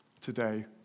today